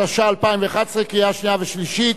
התשע"א 2011, קריאה שנייה ושלישית.